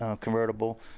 convertible